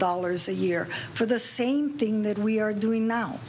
dollars a year for the same thing that we are doing now